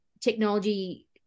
technology